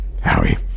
Howie